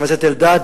חבר הכנסת אלדד,